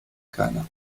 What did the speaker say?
keiner